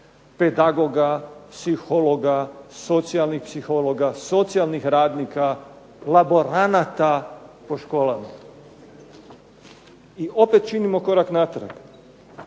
pedagoga, psihologa, socijalnih psihologa, socijalnih radnika, laboranata po školama. I opet činimo korak natrag.